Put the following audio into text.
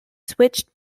switched